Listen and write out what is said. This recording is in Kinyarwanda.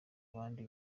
abandi